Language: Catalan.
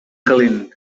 calent